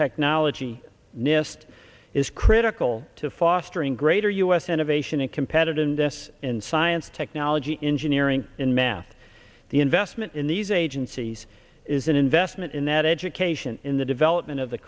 technology nist is critical to fostering greater u s innovation and competitive in this in science technology engineering and math the investment in these agencies is an investment in that education in the development of the